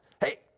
Hey